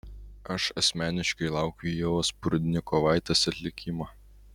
aš asmeniškai laukiu ievos prudnikovaitės atlikimo